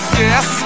yes